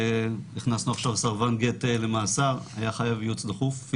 הכנסנו עכשיו סרבן גט למאסר והיה צורך בייעוץ דחוף.